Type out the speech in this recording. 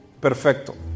perfecto